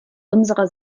unserer